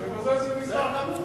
לוועדה, ובזה זה נגמר.